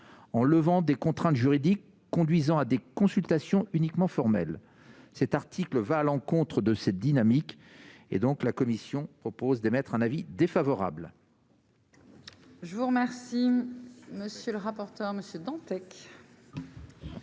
en levant des contraintes juridiques, conduisant à des consultations uniquement formelle cet article va à l'encontre de cette dynamique et donc, la commission propose d'émettre un avis défavorable. Je vous remercie, monsieur le rapporteur monsieur Dantec.